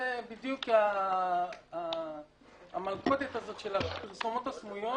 זה בדיוק המלכודת של הפרסומות הסמויות